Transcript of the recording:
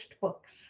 books